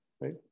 right